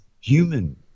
human